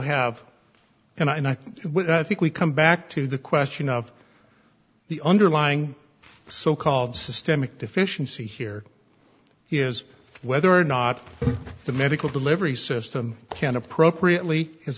have and i think i think we come back to the question of the underlying so called systemic deficiency here is whether or not the medical delivery system can appropriately